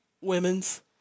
Women's